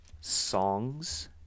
songs